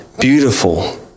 Beautiful